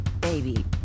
baby